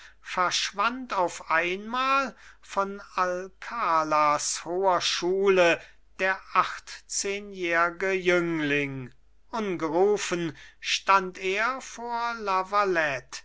verschwand auf einmal von alkalas hoher schule der achtzehnjährge jüngling ungerufen stand er vor